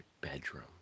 bedroom